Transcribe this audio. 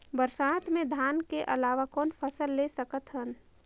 बरसात मे धान के अलावा कौन फसल ले सकत हन?